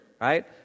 Right